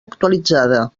actualitzada